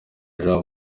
jean